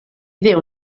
déu